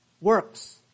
works